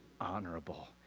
honorable